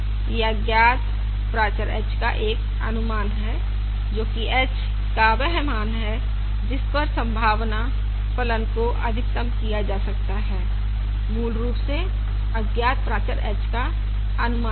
यह अज्ञात प्राचर h का एक अनुमान है जो कि h का वह मान है जिस पर संभावना फलन को अधिकतम किया जाता है मूल रूप से अज्ञात प्राचर h का अनुमान है